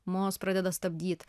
mus pradeda stabdyt